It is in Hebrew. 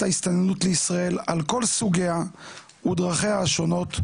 ההסתננות לישראל על כל סוגיה ודרכיה השונות,